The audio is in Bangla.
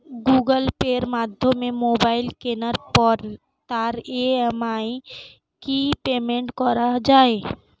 গুগোল পের মাধ্যমে মোবাইল কেনার পরে তার ই.এম.আই কি পেমেন্ট করা যায়?